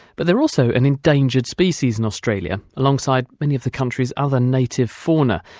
but they're also an endangered species in australia alongside many of the country's other native fauna,